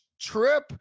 trip